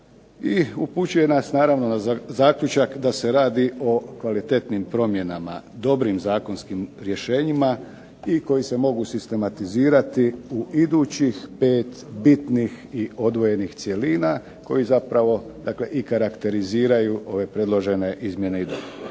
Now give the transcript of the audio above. i upućuje nas naravno na zaključak da se radi o kvalitetnim promjenama, dobrim zakonskim rješenjima i koji se mogu sistematizirati u idućih pet bitnih i odvojenih cjelina koji zapravo, dakle i karakteriziraju ove predložene izmjene i dopune.